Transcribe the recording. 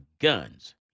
guns